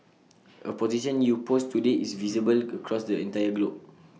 A position you post today is visible across the entire globe